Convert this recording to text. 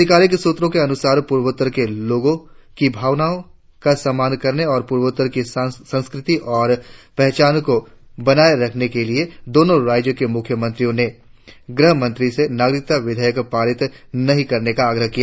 अधिकारिक सूत्रों के अनुसार पूर्वोत्तर के लोगों की भावनाओं का सम्मान करने और पूर्वोत्तर की संस्कृति और पहचान को बनाये रखने के लिए दोनों राज्यों के मुख्यमंत्रियों ने गृह मंत्री से नागरिकता विधेयक पारित नही करने का आग्रह किया